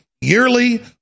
yearly